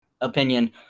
opinion